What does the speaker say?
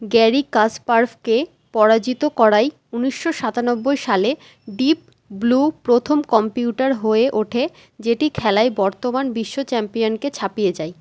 Gary কাসপারভকে পরাজিত করায় উনিশশো সাতানব্বই সালে ডিপ ব্লু প্রথম কম্পিউটার হয়ে ওঠে যেটি খেলায় বর্তমান বিশ্ব চ্যাম্পিয়নকে ছাপিয়ে যায়